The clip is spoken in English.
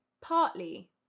partly